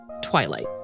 Twilight